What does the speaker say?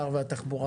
והתחבורה